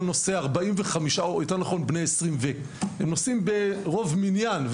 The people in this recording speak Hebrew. כל נושא בני 20 ומעלה - הם נושאים ברוב המניין,